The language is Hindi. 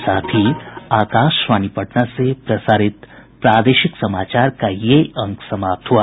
इसके साथ ही आकाशवाणी पटना से प्रसारित प्रादेशिक समाचार का ये अंक समाप्त हुआ